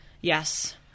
Yes